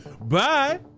Bye